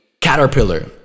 caterpillar